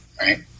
right